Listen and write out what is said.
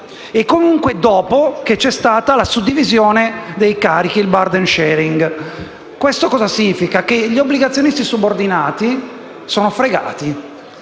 e comunque dopo che c'è stata la suddivisione dei carichi (il cosiddetto *burden sharing*). Questo significa che gli obbligazionisti subordinati sono fregati.